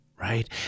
right